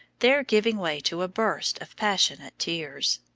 there giving way to a burst of passionate tears.